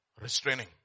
Restraining